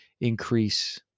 increase